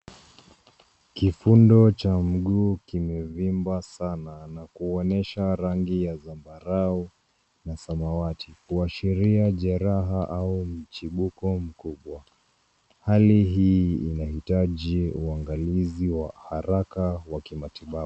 Kifundo cha mguu kimevimba sana na kuonyesha rangi ya zambarau na samawati kuashiria jeraha au mchubuko mkubwa. Hali hii inahitaji uangalizi wa haraka wa kimatibabu.